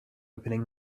opening